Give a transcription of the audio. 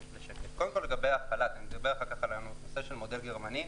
לגבי החל"ת נדבר אחר כך על המודל הגרמני,